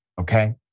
okay